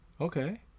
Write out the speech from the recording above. okay